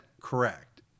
correct